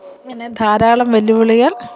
ഇങ്ങനെ ധാരാളം വെല്ലുവിളികൾ